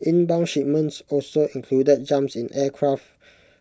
inbound shipments also included jumps in aircraft